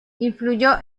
influyó